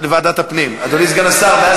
אנחנו נצביע --- לא, סגן השר לא רוצה